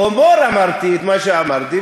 בהומור אמרתי את מה שאמרתי,